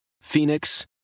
Phoenix